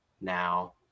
now